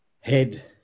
head